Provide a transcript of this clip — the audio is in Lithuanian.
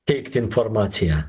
teikti informaciją